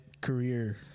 career